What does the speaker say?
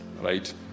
right